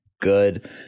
good